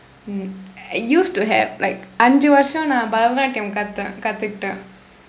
mm used to have like ஐந்து வருடம் நான் பரதநாட்டியம் கற்றேன் கற்றுக்கொண்டேன்:aindthu varudam naan parathanaatdiyam karreen karrukkoondeen